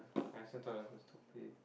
I also thought I also stupid